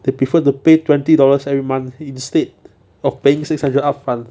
they prefer to pay twenty dollars every month instead of paying six hundred upfront